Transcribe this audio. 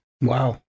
Wow